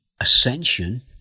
ascension